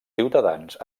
ciutadans